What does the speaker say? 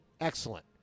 excellent